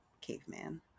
caveman